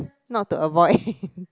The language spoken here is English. not to avoid